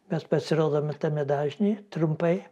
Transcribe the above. mes pasirodome tame dažny trumpai